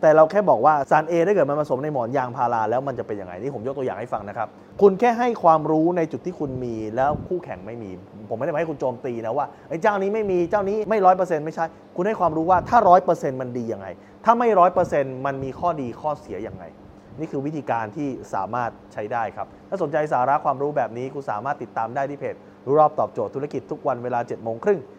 แต่เราแค่บอกว่าสาร A ได้เกิดมันมาผสมในหมอนยางพาราแล้วมันจะเป็นยังไง นี่ผมยกตัวอย่างให้ฟังนะครับ คุณแค่ให้ความรู้ในจุดที่คุณมีแล้วคู่แข่งไม่มี ผมไม่ได้ให้คุณโจมตีนะว่าไอ้เจ้านี้ไม่มี เจ้านี้ไม่ 100% ไม่ใช่ คุณให้ความรู้ว่าถ้า 100% มันดียังไง ถ้าไม่ 100% มันมีข้อดีข้อเสียยังไง นี่คือวิธีการที่สามารถใช้ได้ครับ ถ้าสนใจสาระความรู้แบบนี้คุณสามารถติดตามได้ที่เพจรู้รอบตอบโจทย์ธุรกิจทุกวันเวลาเจ็ดโมงครึ่ง